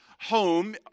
home